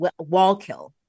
Wallkill